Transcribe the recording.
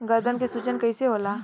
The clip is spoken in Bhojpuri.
गर्दन के सूजन कईसे होला?